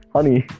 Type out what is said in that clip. Honey